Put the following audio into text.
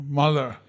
mother